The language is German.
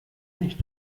nicht